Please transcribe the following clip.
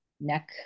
neck